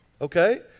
okay